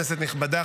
כנסת נכבדה,